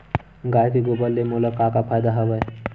गाय के गोबर ले मोला का का फ़ायदा हवय?